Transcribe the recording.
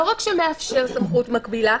לא רק שמאפשר סמכות מקבילה,